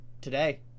today